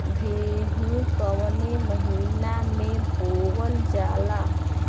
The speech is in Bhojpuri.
गेहूँ कवने महीना में बोवल जाला?